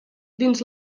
dins